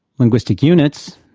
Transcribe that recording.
linguistic units,